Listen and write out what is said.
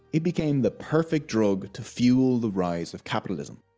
it became the perfect drug to fuel the rise of capitalism.